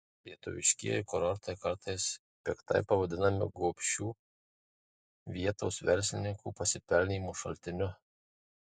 lietuviškieji kurortai kartais piktai pavadinami gobšių vietos verslininkų pasipelnymo šaltiniu